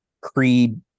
creed